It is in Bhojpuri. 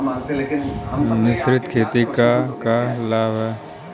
मिश्रित खेती क का लाभ ह?